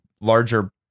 larger